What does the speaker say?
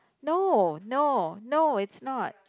no no no it's not